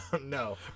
No